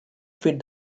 feed